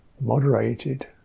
moderated